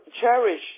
cherish